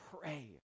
Pray